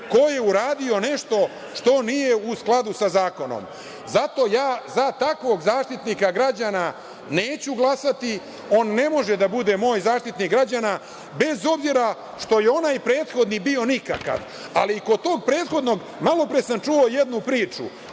ko je uradio nešto što nije u skladu sa zakonom? Zato ja za takvog Zaštitnika građana neću glasati. On ne može da bude moj Zaštitnik građana, bez obzira što je onaj prethodni bio nikakav. Ali i kod tog prethodnog malopre sam čuo jednu priču.